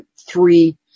three